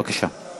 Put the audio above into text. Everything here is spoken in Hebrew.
בבקשה.